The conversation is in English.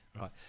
Right